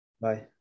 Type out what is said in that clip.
Bye